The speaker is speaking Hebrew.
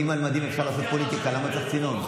אם על מדים אפשר לעשות פוליטיקה, למה צריך צינון?